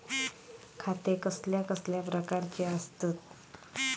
खाते कसल्या कसल्या प्रकारची असतत?